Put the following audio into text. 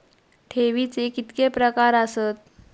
ठेवीचे कितके प्रकार आसत?